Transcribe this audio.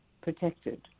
protected